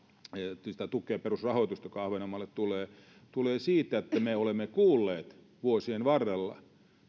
tätä perusrahoitusta joka ahvenanmaalle tulee se tulee siitä että me olemme kuulleet vuosien varrella